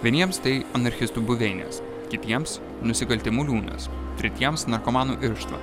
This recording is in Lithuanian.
vieniems tai anarchistų buveinės kitiems nusikaltimų liūnas tretiems narkomanų irštva